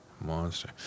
Monster